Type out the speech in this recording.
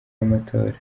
amatora